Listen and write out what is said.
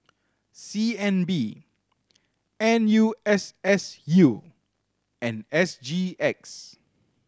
C N B N U S S U and S G X